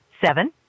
seven